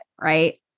Right